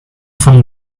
from